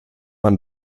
man